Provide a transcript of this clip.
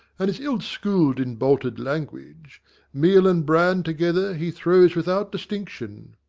and is ill school'd in bolted language meal and bran together he throws without distinction.